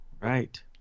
Right